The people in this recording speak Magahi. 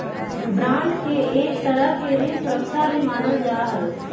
बांड के एक तरह के ऋण सुरक्षा भी मानल जा हई